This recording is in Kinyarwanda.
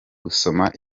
gusoma